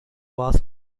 was